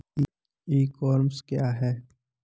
ई commerce क्या है?